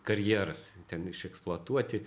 karjeras ten išeksploatuoti